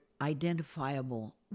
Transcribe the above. identifiable